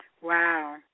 Wow